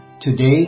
Today